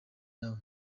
nawe